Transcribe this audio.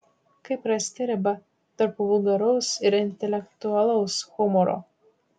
kaip rasti ribą tarp vulgaraus ir intelektualaus humoro